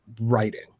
writing